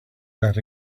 that